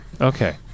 Okay